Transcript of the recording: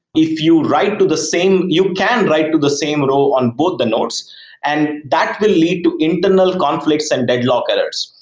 if you write to the same you can write to the same row on both the nodes and that will lead to internal conflicts and deadlock errors,